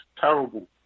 terrible